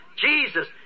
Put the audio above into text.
Jesus